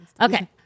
Okay